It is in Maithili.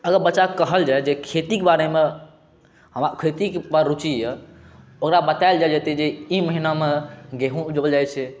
अगर बच्चा के कहल जाय जे खेती के बारे मे हमरा खेती मे रुचि अछि ओकरा बताओल जायल जेतै जे ई महिना मे गेहूँ उपजाओल जाइ छै